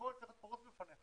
הכול צריך להיות פרוש בפניך.